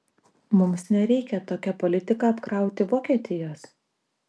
mums nereikia tokia politika apkrauti vokietijos